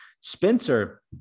Spencer